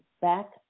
back